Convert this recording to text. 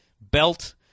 belt